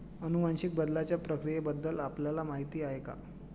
अनुवांशिक बदलाच्या प्रक्रियेबद्दल आपल्याला माहिती आहे का?